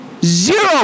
Zero